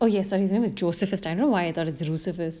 oh yes and he's name is josephus tan I don't know why I thought of rusephus